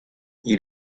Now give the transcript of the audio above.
you